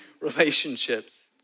relationships